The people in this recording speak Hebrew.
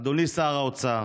אדוני שר האוצר,